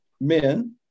men